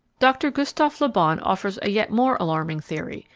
dr gustov le bon offers a yet more alarming theory,